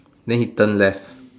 then he turn left